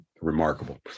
remarkable